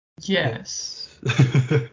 yes